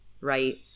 right